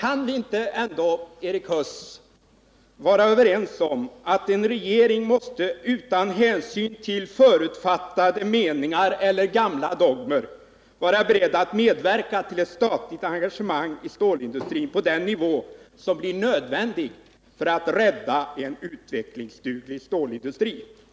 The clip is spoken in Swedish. Kan vi inte ändå, Erik Huss, vara överens om att regeringen utan hänsyn till förutfattade meningar eller gamla dogmer måste vara beredd att medverka till ett statligt engagemang i stålindustrin på den nivå som blir nödvändig för att rädda en utvecklingsduglig stålindustri?